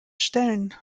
stellen